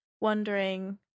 wondering